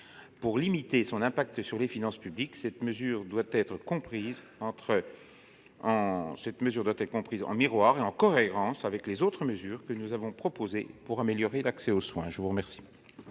Pour limiter son impact sur les finances publiques, cette mesure doit être comprise en miroir et en cohérence avec les autres mesures que nous avons proposées pour améliorer l'accès aux soins. La parole